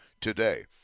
today